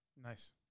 Nice